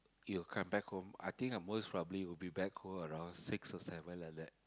you come back home I think I most probably will be back home around six or seven like that